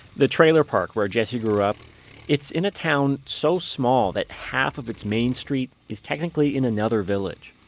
the trailer park where jesse grew up it's in a town so small that half of it's main st. is technically in another village.